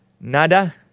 Nada